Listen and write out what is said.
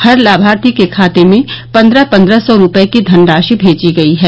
हर लाभार्थी के खाते में पन्द्रह पन्द्रह सौ रूपये की धनराशि मेजी गयी है